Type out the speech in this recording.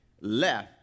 left